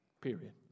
Period